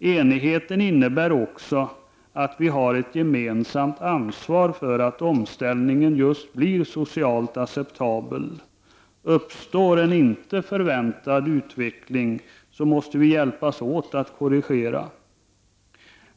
Enigheten innebär också att vi har ett gemensamt ansvar för att omställningen skall bli socialt acceptabel. Uppstår en inte förväntad utveckling måste vi hjälpas åt att korrigera den.